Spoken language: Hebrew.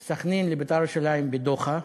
"בני סח'נין" ל"בית"ר ירושלים" ב"דוחה"